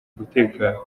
umutekano